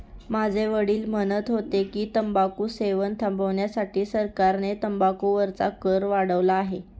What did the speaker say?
माझे वडील म्हणत होते की, तंबाखू सेवन थांबविण्यासाठी सरकारने तंबाखू वरचा कर वाढवला आहे